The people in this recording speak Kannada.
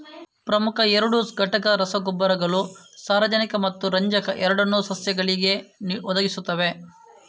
ಪ್ರಮುಖ ಎರಡು ಘಟಕ ರಸಗೊಬ್ಬರಗಳು ಸಾರಜನಕ ಮತ್ತು ರಂಜಕ ಎರಡನ್ನೂ ಸಸ್ಯಗಳಿಗೆ ಒದಗಿಸುತ್ತವೆ